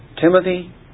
Timothy